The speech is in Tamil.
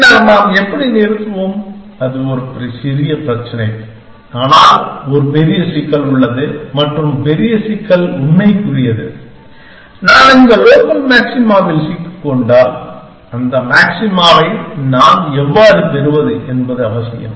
பின்னர் நாம் எப்படி நிறுத்துவோம் அது ஒரு சிறிய பிரச்சினை ஆனால் ஒரு பெரிய சிக்கல் உள்ளது மற்றும் பெரிய சிக்கல் உண்மைக்குரியது நான் இந்த லோக்கல் மாக்சிமாவில் சிக்கிக்கொண்டால் அந்த மாக்ஸிமாவை நான் எவ்வாறு பெறுவது என்பது அவசியம்